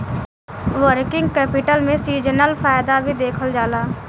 working capital में seasonal फायदा भी देखल जाला